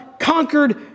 conquered